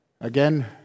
Again